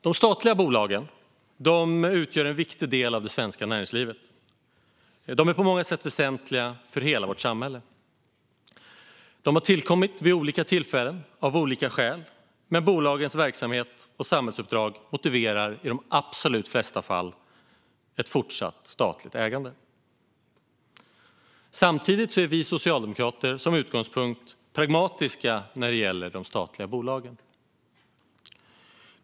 De statliga bolagen utgör en viktig del av det svenska näringslivet. De är på många sätt väsentliga för hela vårt samhälle. De har tillkommit vid olika tillfällen och av olika skäl, men bolagens verksamhet och samhällsuppdrag motiverar i de absolut flesta fall ett fortsatt statligt ägande. Vi socialdemokrater har som utgångspunkt att vara pragmatiska när det gäller de statliga bolagen.